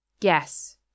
Yes